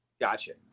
gotcha